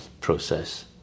process